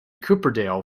cooperdale